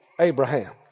Abraham